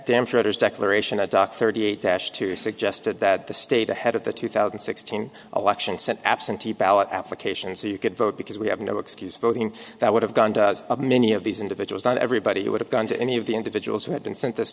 damn sure others declaration a dock thirty eight dash to suggested that the state ahead of the two thousand and sixteen election sent absentee ballot applications so you could vote because we have no excuse voting that would have gone to many of these individuals not everybody would have gone to any of the individuals who had been sent this